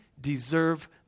deserve